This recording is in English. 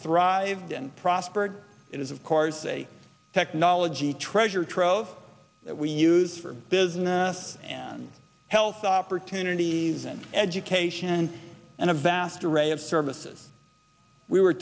thrived and prospered it is of course a technology treasure trove that we use for business and health opportunities and education and a vast array of services we were